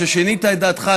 או ששינית את דעתך,